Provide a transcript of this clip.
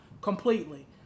completely